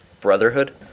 Brotherhood